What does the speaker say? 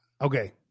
Okay